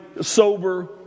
sober